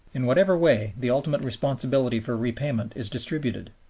in whatever way the ultimate responsibility for repayment is distributed,